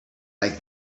like